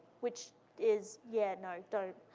which is, yeah, no, don't.